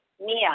Mia